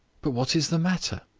but what is the matter?